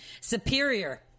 Superior